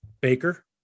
Baker